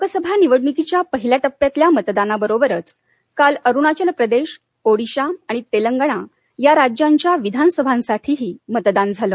लोकसभा निवडणुकीच्या पहिल्या टप्प्यातल्या मतदानाबरोबरच काल अरुणाचल ओडिशा आणि तेलंगणा या राज्यांच्या विधानसभांसाठीही मतदान झालं